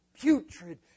putrid